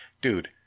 dude